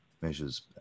measures